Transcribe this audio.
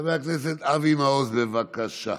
חבר הכנסת אבי מעוז, בבקשה.